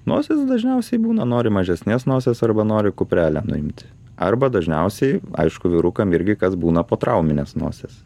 nosis dažniausiai būna nori mažesnės nosies arba nori kuprelę nuimti arba dažniausiai aišku vyrukam irgi kas būna potrauminės nosys